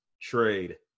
trade